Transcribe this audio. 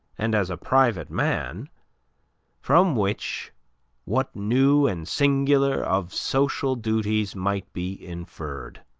and as a private man from which what new and singular of social duties might be inferred?